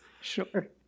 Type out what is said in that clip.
Sure